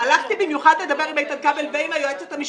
הלכתי במיוחד לדבר עם איתן כבל ועם היועצת המשפטית,